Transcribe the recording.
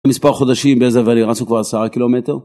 מספר חודשים בזה ואני רצנו כבר עשרה קילומטר?